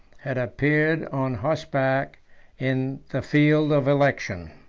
had appeared on horseback in the field of election.